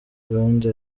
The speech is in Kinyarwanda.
gahunda